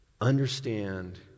Understand